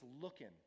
looking